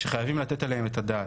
שחייבים לתת עליהם את הדעת.